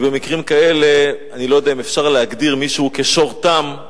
במקרים כאלה אני לא יודע אם אפשר להגדיר מישהו כשור תם,